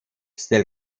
still